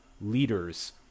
leaders